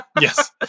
Yes